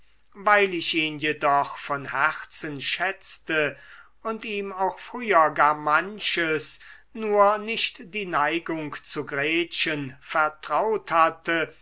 weil ich ihn jedoch von herzen schätzte und ihm auch früher gar manches nur nicht die neigung zu gretchen vertraut hatte